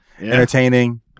entertaining